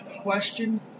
question